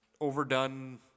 overdone